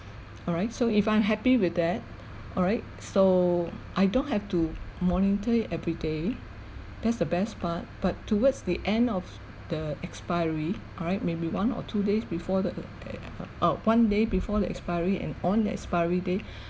alright so if I'm happy with that alright so I don't have to monitor it everyday that's the best part but towards the end of the expiry alright may be one or two days before eh uh uh one day before the expiry and on the expiry day